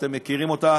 אתם מכירים אותה.